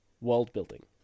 world-building